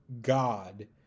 god